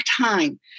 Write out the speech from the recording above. time